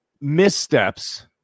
missteps